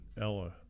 Ella